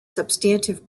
substantive